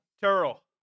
Terrell